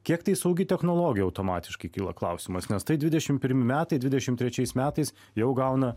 kiek tai saugi technologija automatiškai kyla klausimas nes tai dvidešimt pirmi metai dvidešimt trečiais metais jau gauna